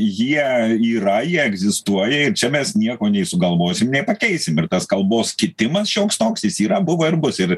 jie yra jie egzistuoja ir čia mes nieko nei sugalvosim nei pakeisim ir tas kalbos kitimas šioks toks jis yra buvo ir bus ir